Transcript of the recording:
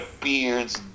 beards